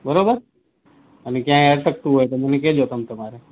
બરોબર અને ક્યાંય અટકતું હોય તો મને કેજો તમ તમારે